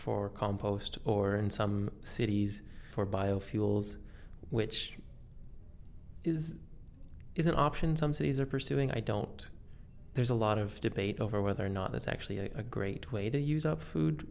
for compost or in some cities for biofuels which is is an option some cities are pursuing i don't there's a lot of debate over whether or not that's actually a great way to use up food